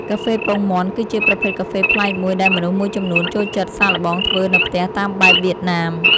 កាហ្វេពងមាន់ គឺជាប្រភេទកាហ្វេប្លែកមួយដែលមនុស្សមួយចំនួនចូលចិត្តសាកល្បងធ្វើនៅផ្ទះតាមបែបវៀតណាម។